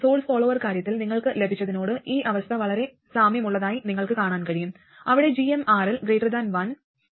source follower കാര്യത്തിൽ നിങ്ങൾക്ക് ലഭിച്ചതിനോട് ഈ അവസ്ഥ വളരെ സാമ്യമുള്ളതായി നിങ്ങൾക്ക് കാണാൻ കഴിയും അവിടെ gmRL 1